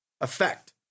Effect